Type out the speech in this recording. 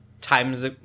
times